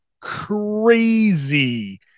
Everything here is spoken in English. crazy